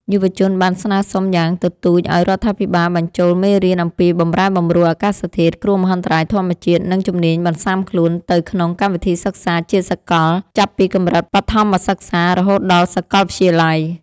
យុវជនបានស្នើសុំយ៉ាងទទូចឱ្យរដ្ឋាភិបាលបញ្ចូលមេរៀនអំពីបម្រែបម្រួលអាកាសធាតុ គ្រោះមហន្តរាយធម្មជាតិ និងជំនាញបន្ស៊ាំខ្លួនទៅក្នុងកម្មវិធីសិក្សាជាសកល ចាប់ពីកម្រិតបឋមសិក្សារហូតដល់សាកលវិទ្យាល័យ។